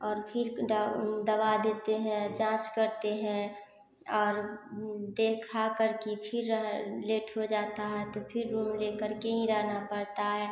और फिर दवा देते हैं जाँच करते हैं और दिखा कर के फिर लेट हो जाता है तो फिर रूम लेकर के यहीं रहना पड़ता है